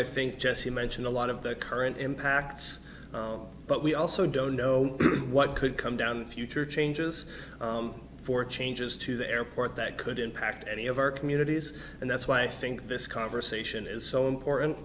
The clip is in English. i think jesse mentioned a lot of the current impacts but we also don't know what could come down the future changes for changes to the airport that could impact any of our communities and that's why i think this conversation is so important